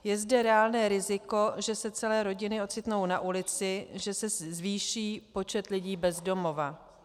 Je zde reálné riziko, že se celé rodiny ocitnou na ulici, že se zvýší počet lidí bez domova.